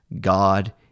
God